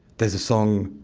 there's a song,